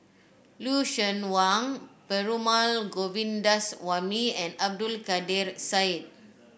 Lucien Wang Perumal Govindaswamy and Abdul Kadir Syed